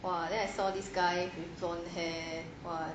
!wah! then I saw this guy with blonde hair